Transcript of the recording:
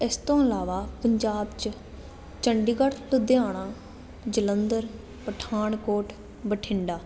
ਇਸ ਤੋਂ ਇਲਾਵਾ ਪੰਜਾਬ 'ਚ ਚੰਡੀਗੜ੍ਹ ਲੁਧਿਆਣਾ ਜਲੰਧਰ ਪਠਾਨਕੋਟ ਬਠਿੰਡਾ